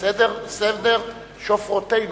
"סדר שופרותינו",